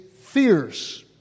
fierce